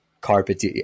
carpet